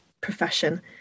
profession